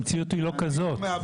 המציאות היא לא כזאת.